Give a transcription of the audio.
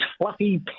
fluffy